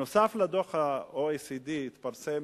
נוסף על דוח ה-OECD גם התפרסם